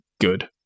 good